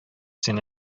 син